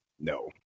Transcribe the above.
No